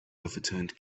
overturned